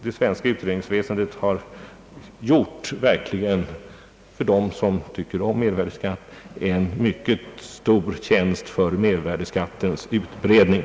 Det svenska utredningsväsendet har för dem som tycker om en mervärdeskatt verkligen gjort en stor tjänst för dess utbredning.